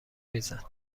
میزد